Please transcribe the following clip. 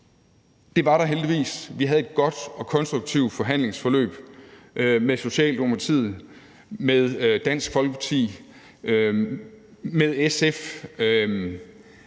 Det var der heldigvis – vi havde et godt og konstruktivt forhandlingsforløb med Socialdemokratiet, Dansk Folkeparti, SF